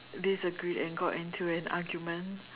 disagreed and got into an argument